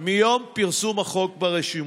מיום פרסום החוק ברשומות.